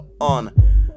on